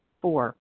Four